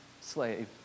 slave